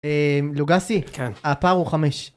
אה... לוגסי? כן. הפער הוא חמש.